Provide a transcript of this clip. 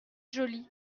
joli